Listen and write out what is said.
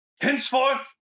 henceforth